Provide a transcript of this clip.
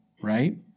right